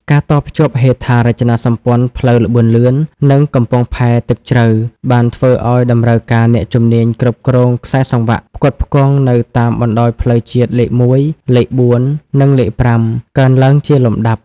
ការតភ្ជាប់ហេដ្ឋារចនាសម្ព័ន្ធផ្លូវល្បឿនលឿន និងកំពង់ផែទឹកជ្រៅ បានធ្វើឱ្យតម្រូវការអ្នកជំនាញគ្រប់គ្រងខ្សែសង្វាក់ផ្គត់ផ្គង់នៅតាមបណ្ដោយផ្លូវជាតិលេខ ១, លេខ ៤ និងលេខ ៥ កើនឡើងជាលំដាប់។